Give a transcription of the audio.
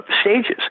stages